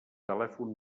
telèfon